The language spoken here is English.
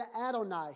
Adonai